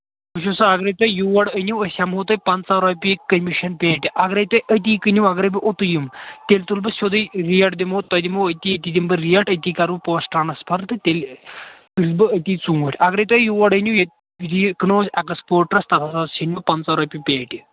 وٕچھِو سا اَگرَے تۄہہِ یور أنِو أسۍ ہٮ۪مو تۄہہِ پنٛژاہ رۄپیہِ کٔمِشَن پیٹہِ اَگرَے تۄہہِ أتی کٕنِو اَگرَے بہٕ اوٚتُے یِمہٕ تیٚلہِ تُلہٕ بہٕ سیوٚدُے ریٹ دِمو تۄہہِ دِمو أتی أتی دِمہٕ بہٕ ریٹ أتی کَرٕ بہٕ پونٛسہٕ ٹرٛانَسفَر تہٕ تیٚلہِ تُلہٕ بہٕ أتی ژوٗنٹھۍ اَگرَے تۄہہِ یور أنِو ییٚتہِ کٕنو أسۍ اٮ۪کٕسپوٹرَس تَتھ ہَسا ژھیٚنوٕ پنٛژاہ رۄپیہِ پیٹہِ